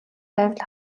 байвал